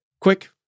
quick